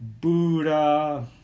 buddha